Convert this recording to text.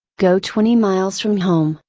go twenty miles from home,